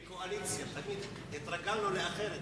כקואליציה, התרגלנו לאחרת.